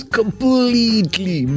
completely